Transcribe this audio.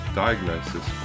diagnosis